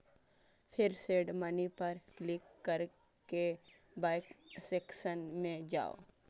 फेर send money पर click कैर के बैंक सेक्शन मे जाउ